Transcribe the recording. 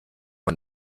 man